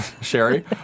Sherry